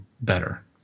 better